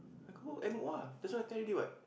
I go M O ah that's what I tell you already what